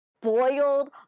boiled